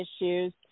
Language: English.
issues